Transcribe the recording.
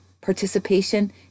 participation